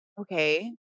okay